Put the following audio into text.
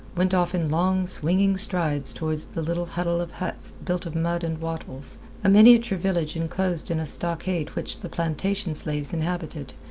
went off in long, swinging strides towards the little huddle of huts built of mud and wattles a miniature village enclosed in a stockade which the plantation slaves inhabited,